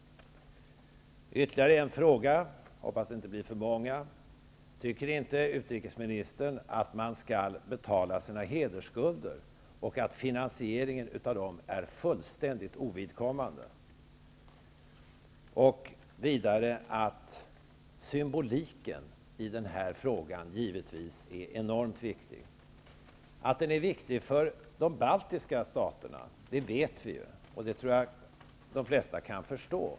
Jag har ytterligare en fråga. Jag hoppas att det inte blir för många. Tycker inte utrikesministern att man skall betala sina hedersskulder, och att finansieringen av dem är fullständigt ovidkommande? Vidare är givetvis symboliken i denna fråga enormt viktig. Att den är viktig för de baltiska staterna vet vi, och det tror jag att de flesta kan förstå.